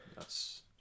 Yes